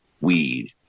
weed